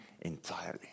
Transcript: entirely